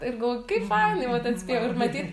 ir galvoju kaip fainai vat atspėjau ir matyt